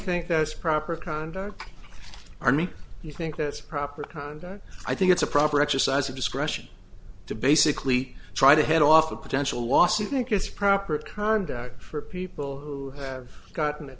think that's proper conduct army you think that's proper conduct i think it's a proper exercise of discretion to basically try to head off a potential loss you think it's proper conduct for people who have gotten